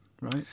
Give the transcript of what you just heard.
right